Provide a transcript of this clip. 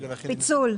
פיצול.